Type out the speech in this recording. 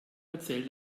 erzähl